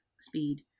speed